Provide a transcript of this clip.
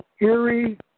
Erie